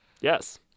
Yes